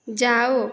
जाओ